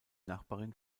nachbarin